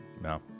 No